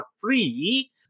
free